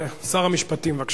שר המשפטים, בבקשה.